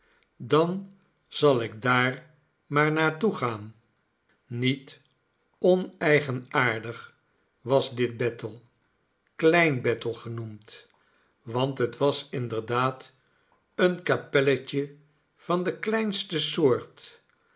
dan zal ik daar maar naar toe gaan niet oneigenaardig was dit bethel klein bethel genoemd want het was inderdaad een kapelletje van de kleinste soort